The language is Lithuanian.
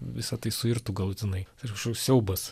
visa tai suirtų galutinai tai yra kažkoks siaubas